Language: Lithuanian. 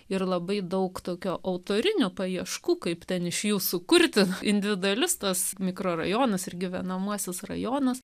ir labai daug tokio autorinių paieškų kaip ten iš jų sukurti individualistas mikrorajonus ir gyvenamuosius rajonus